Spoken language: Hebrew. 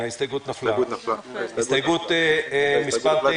הצבעה בעד ההסתייגות מיעוט נגד,